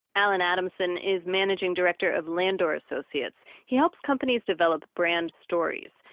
allen adamson is managing director of landor associates. he helps companies develop brand stories.